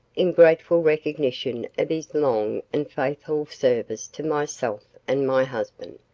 in grateful recognition of his long and faithful service to myself and my husband,